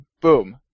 Boom